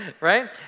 Right